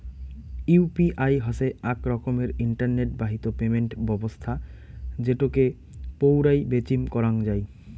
UPI হসে আক রকমের ইন্টারনেট বাহিত পেমেন্ট ব্যবছস্থা যেটোকে পৌরাই বেচিম করাঙ যাই